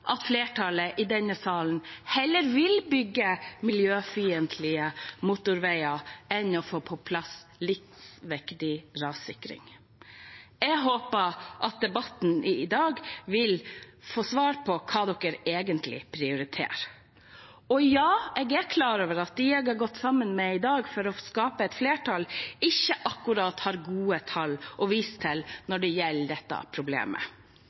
at flertallet i denne salen heller vil bygge miljøfiendtlige motorveier enn å få på plass livsviktig rassikring? Jeg håper at debatten i dag vil gi svar på hva de egentlig prioriterer. Og ja, jeg er klar over at dem jeg har gått sammen med i dag for å skape et flertall, ikke akkurat har gode tall å vise til når det gjelder dette problemet.